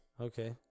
Okay